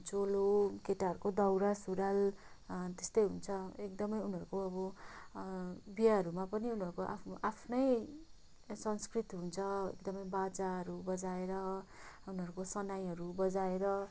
चोलो केटाहरूको दाउरा सुरुवाल त्यस्तै हुन्छ एकदमै उनीहरूको अब बिहेहरूमा पनि उनीहरूको आफ्नो आफ्नै संस्कृत हुन्छ त्यहाँ पनि बाजाहरू बजाएर उनीहरूको सनाहीहरू बजाएर